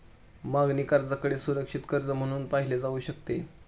मागणी कर्जाकडे सुरक्षित कर्ज म्हणून पाहिले जाऊ शकते